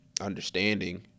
understanding